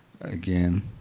again